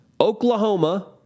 Oklahoma